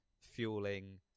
fueling